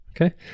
Okay